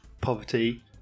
poverty